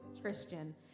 Christian